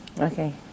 Okay